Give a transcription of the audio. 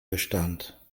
bestand